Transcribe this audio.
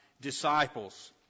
disciples